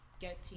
get